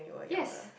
yes